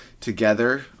together